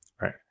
right